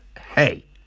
hey